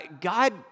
God